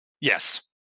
yes